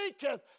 seeketh